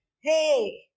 Hey